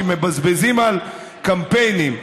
כי מבזבזים על קמפיינים.